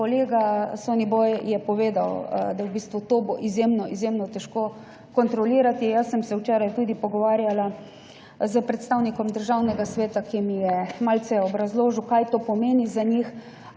Kolega Soniboj je povedal, da bo to izjemno težko kontrolirati. Jaz sem se včeraj tudi pogovarjala s predstavnikom Državnega sveta, ki mi je malce obrazložil, kaj to za njih